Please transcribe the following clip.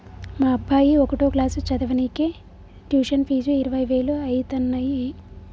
మా అబ్బాయి ఒకటో క్లాసు చదవనీకే ట్యుషన్ ఫీజు ఇరవై వేలు అయితన్నయ్యి